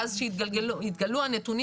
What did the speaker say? ואז כשהתגלו הנתונים,